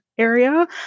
area